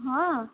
हां